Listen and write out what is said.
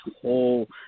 whole